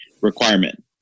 requirement